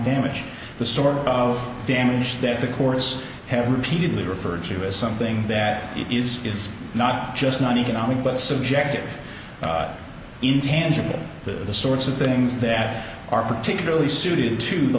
damage the sort of damage that the course have repeatedly referred to as something that is is not just not economic but subjective intangible to the sorts of things that are particularly suited to the